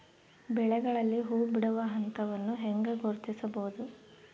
ಬೆಳೆಗಳಲ್ಲಿ ಹೂಬಿಡುವ ಹಂತವನ್ನು ಹೆಂಗ ಗುರ್ತಿಸಬೊದು?